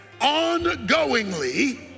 ongoingly